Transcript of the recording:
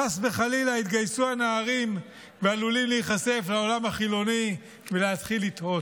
חס וחלילה שיתגייסו הנערים העלולים להיחשף לעולם החילוני ולהתחיל לתהות.